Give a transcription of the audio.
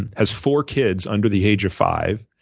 and has four kids under the age of five,